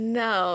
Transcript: no